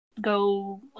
go